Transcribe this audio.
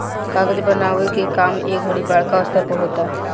कागज बनावे के काम ए घड़ी बड़का स्तर पर होता